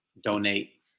donate